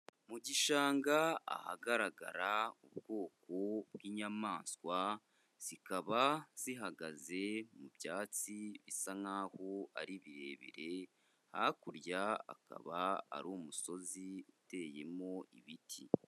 Mu gishanga ahagaragara ubwoko bw'inyamaswa, zikaba zihagaze mu byatsi bisa nkaho ari birebire, hakurya akaba ari umusozi uteyemo ibiti.